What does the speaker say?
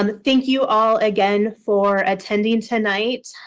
um thank you all again for attending tonight.